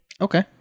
Okay